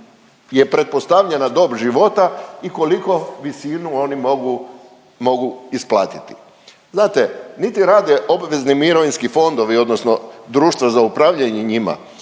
je pretpostavljena dob života koliku visinu oni mogu isplatiti. Znate niti rade obvezni mirovinski fondovi, odnosno društva za upravljanje njima,